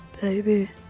Baby